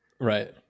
Right